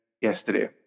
yesterday